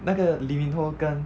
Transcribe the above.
那个 lee min [ho] 跟